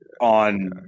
on